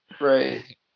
Right